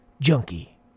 junkie